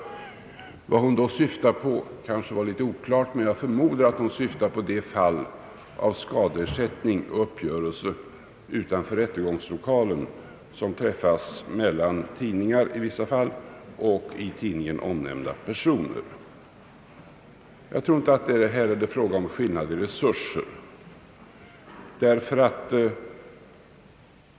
Vad hon syftade på var kanske något oklart, men jag förmodar att hon syftade på de fall av uppgörelse och skadeersättning utanför rättegångslokalen som i vissa fall träffas mellan tidningar och i tidningarna omnämnda personer. Jag tror inte att det är fråga om skillnader i resurser.